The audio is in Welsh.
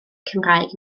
cymraeg